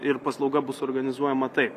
ir paslauga bus organizuojama taip